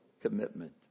Commitment